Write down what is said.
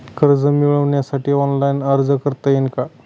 कर्ज मिळविण्यासाठी ऑनलाइन अर्ज करता येईल का?